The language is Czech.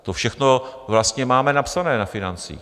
To všechno vlastně máme napsané na financích.